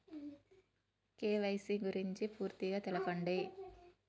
KYC గురించి పూర్తిగా తెలపండి?